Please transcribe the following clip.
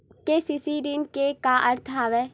KCC ऋण के का अर्थ हवय?